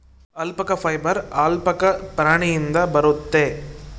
alpaca fibre alpaca ಪ್ರಾಣಿಯಿಂದ ಬರುತ್ತೆ